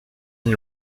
une